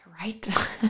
Right